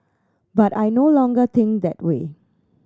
but I no longer think that way